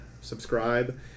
subscribe